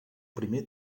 primer